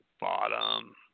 Bottom